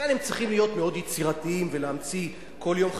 לכן הם צריכים להיות מאוד יצירתיים ולהמציא כל יום,